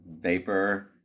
Vapor